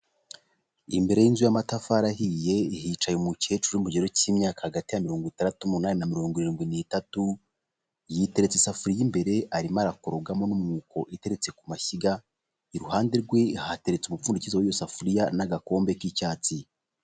Imbere y'inzu y'amatafari ahiye hicaye umukecuru uri mu kigero cy'imyaka hagati ya mirongo itandatu n'umunani na mirongo irindwi n'itatu, yiteretse isafuriya imbere arimo arakorogamo n'umwuko iteretse ku mashyiga, iruhande rwe hateretse umupfundikizo w'iyo safuriya n'agakombe k'icyatsi.